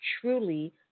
truly